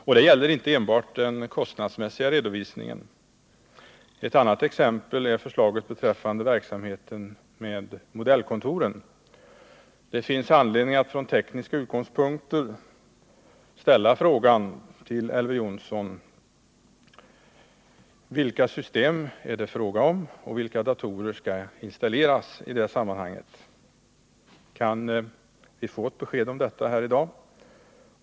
Och det gäller inte enbart den kostnadsmässiga redovisningen. Ett annat exempel är förslaget beträffande verksamheten med modellkonrtor. Det finns anledning att från tekniska utgångspunkter ställa frågan till Elver Jonsson: Vilka system är det fråga om och vilka datorer skall installeras i det sammanhanget? Kan vi få ett besked om detta här i dag?